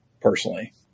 personally